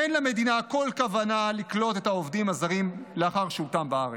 אין למדינה כל כוונה לקלוט את העובדים הזרים לאחר שהותם בארץ.